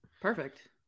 Perfect